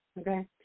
okay